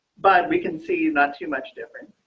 but we can see, not too much different.